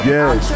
Yes